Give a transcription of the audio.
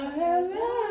hello